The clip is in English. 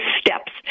steps